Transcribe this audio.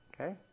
Okay